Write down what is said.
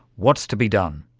what's to be done?